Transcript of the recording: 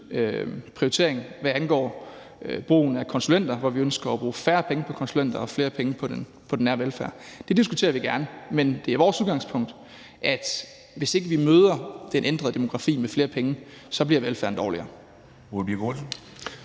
prioritering, hvad angår brugen af konsulenter, idet vi ønsker at bruge færre penge på konsulenter og flere penge på den nære velfærd. Det diskuterer vi gerne, men det er vores udgangspunkt, at hvis ikke vi møder den ændrede demografi med flere penge, bliver velfærden dårligere.